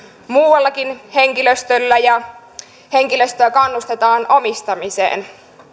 muullakin henkilöstöllä ja henkilöstöä kannustetaan omistamiseen